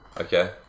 Okay